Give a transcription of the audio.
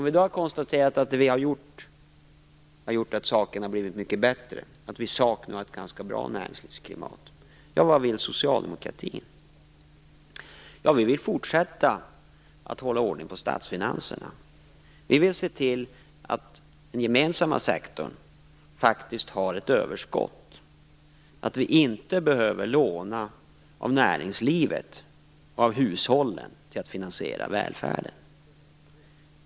Vi har konstaterat att det vi har gjort har inneburit att saken har blivit mycket bättre, att vi i sak nu har ett ganska bra näringslivsklimat. Ja, vad vill socialdemokratin? Vi vill fortsätta att hålla ordning på statsfinanserna. Vi vill se till att den gemensamma sektorn faktiskt har ett överskott, att vi inte behöver låna av näringslivet och av hushållen för att finansiera välfärden.